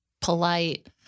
polite